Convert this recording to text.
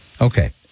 Okay